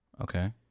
Okay